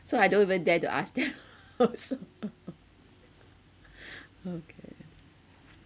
so I don't even dare to ask them also okay